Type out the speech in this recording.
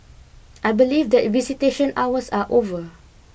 I believe that visitation hours are over